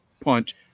punch